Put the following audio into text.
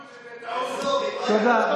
מה שאני רוצה לומר, תודה.